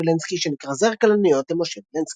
וילנסקי שנקרא "זר כלניות למשה וילנסקי".